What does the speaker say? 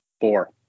Four